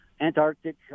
Antarctic